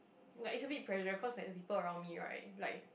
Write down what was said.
like it's a bit pressure cause like the people around me right like